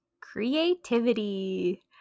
Creativity